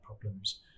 problems